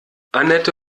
annette